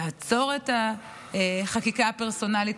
תעצור את החקיקה הפרסונלית,